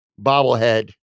bobblehead